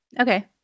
Okay